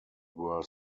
were